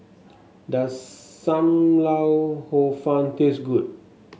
does Sam Lau Hor Fun taste good